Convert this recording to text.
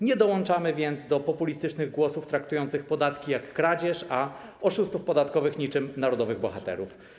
Nie dołączamy więc do populistycznych głosów traktujących podatki jak kradzież, a oszustów podatkowych niczym narodowych bohaterów.